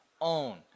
own